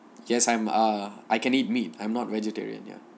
yes I am ah I can eat meat I am not vegetarian ya